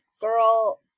Girl